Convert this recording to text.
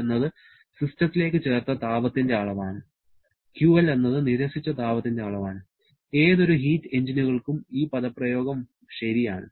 എന്നത് സിസ്റ്റത്തിലേക്ക് ചേർത്ത താപത്തിന്റെ അളവാണ് QL എന്നത് നിരസിച്ച താപത്തിന്റെ അളവാണ് ഏതൊരു ഹീറ്റ് എഞ്ചിനുകൾക്കും ഈ പദപ്രയോഗം ശരിയാണ്